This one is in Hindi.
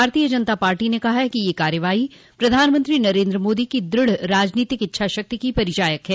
भारतीय जनता पार्टी ने कहा है कि यह कार्रवाई प्रधानमंत्री नरेन्द्र मोदी की दृढ़ राजनीतिक इच्छा शक्ति की परिचायक है